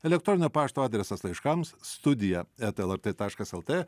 elektroninio pašto adresas laiškams studija eta lrt taškas lt